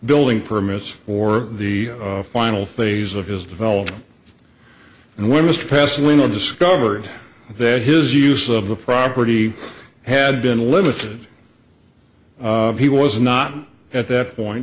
building permits for the final phase of his development and women's passing when i discovered that his use of the property had been limited he was not at that point